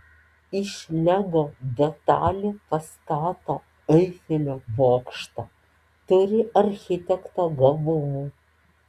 iš lego detalių pastato eifelio bokštą turi architekto gabumų